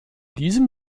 diesem